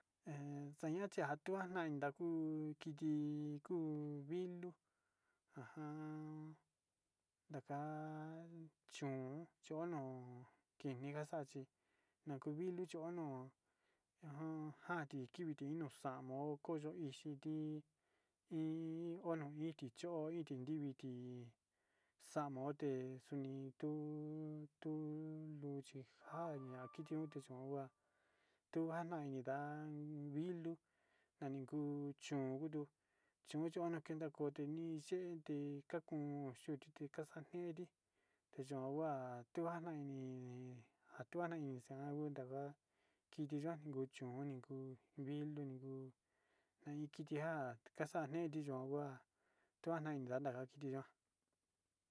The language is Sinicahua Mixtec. He xaña'a chiatua no'ona naidaku kiti nii kuu vilu, ajan ndaka chón yono'o kini ngaxachí na'a uu vilu chionoguo jan kiviti no'o xamokoyo, iin xhiti iin ti chó iin tinriviti xamote xunitu tu tu luchi njaña'a kiti nuchi cho'o tuu njana ninda'a vilu nani kuu chón koto chon keta kotuni xente kakun xo'o xute kaxan kenti teyo'o hua nunjuana ini njankuana inixa'a nuu nda'a va'a kiti yuan kuu choni kuu vilu ninguu njan kitinjan kaxan neti yo'ó hua tanga ninana nga kiti yuan.